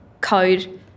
code